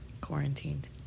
Quarantined